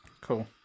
Cool